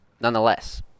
nonetheless